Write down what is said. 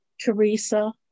Teresa